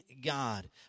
God